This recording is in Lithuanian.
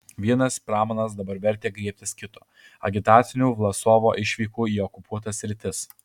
vienas pramanas dabar vertė griebtis kito agitacinių vlasovo išvykų į okupuotas sritis